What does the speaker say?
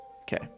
Okay